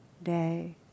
Day